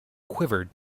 quivered